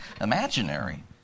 imaginary